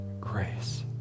grace